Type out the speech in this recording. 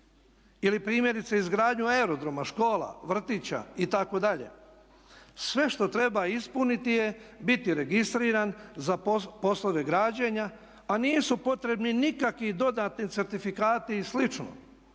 ili primjerice izgradnju aerodroma, škola, vrtića itd., sve što treba ispuniti je biti registriran za poslove građenja a nisu potrebni nikakvi dodatni certifikati i